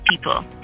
people